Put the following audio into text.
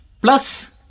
Plus